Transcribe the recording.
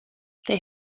they